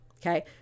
Okay